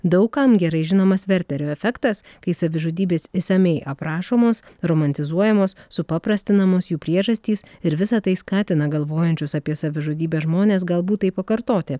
daug kam gerai žinomas verterio efektas kai savižudybės išsamiai aprašomos romantizuojamos supaprastinamos jų priežastys ir visa tai skatina galvojančius apie savižudybę žmones galbūt tai pakartoti